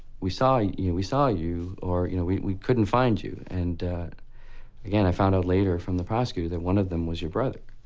we saw you, we saw you. or, you know, we we couldn't find you. and again, i found out later from the prosecutor that one of them was your brother.